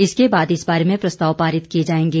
इसके बाद इस बारे में प्रस्ताव पारित किए जाएंगे